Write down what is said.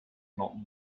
not